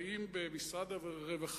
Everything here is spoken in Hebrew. האם במשרד הרווחה,